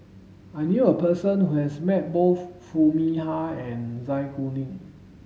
I knew a person who has met both Foo Mee Har and Zai Kuning